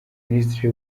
minisitiri